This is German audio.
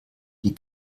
die